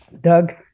Doug